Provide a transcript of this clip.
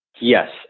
Yes